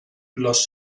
los